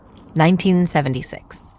1976